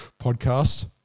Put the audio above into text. podcast